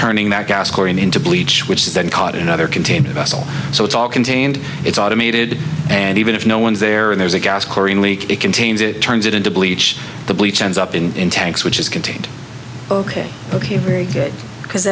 turning that gas korean into bleach which is then caught in another containment vessel so it's all come to it's automated and even if no one is there and there's a gas korean leak it contains it turns it into bleach the bleach ends up in tanks which is contained ok ok very good because